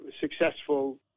Successful